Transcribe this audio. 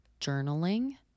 journaling